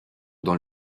dans